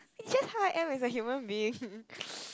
is it high as a human being